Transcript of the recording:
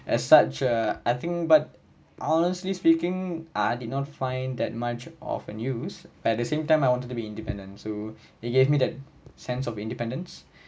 as such uh I think but honestly speaking I did not find that much of an use at the same time I wanted to be independent so they gave me that sense of independence